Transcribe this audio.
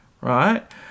right